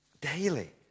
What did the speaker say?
Daily